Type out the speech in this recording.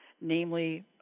namely